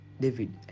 david